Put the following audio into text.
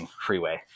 freeway